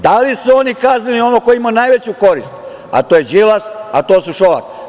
Da li su oni kaznili onog koji je imao najveću korist, a to je Đilas, a to je Šolak?